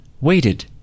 waited